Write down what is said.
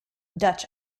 dutch